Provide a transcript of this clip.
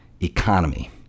economy